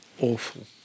awful